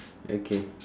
okay